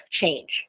change